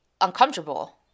uncomfortable